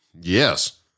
Yes